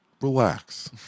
relax